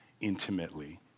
intimately